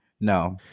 No